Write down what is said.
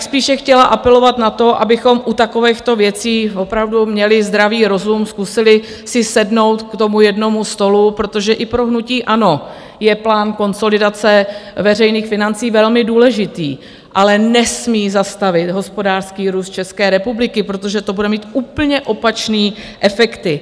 Spíše bych chtěla apelovat na to, abychom u takovýchto věcí opravdu měli zdravý rozum, zkusili si sednout k tomu jednomu stolu, protože i pro hnutí ANO je plán konsolidace veřejných financí velmi důležitý, ale nesmí zastavit hospodářský růst České republiky, protože to bude mít úplně opačné efekty.